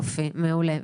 יופי, מעולה.